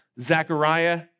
Zechariah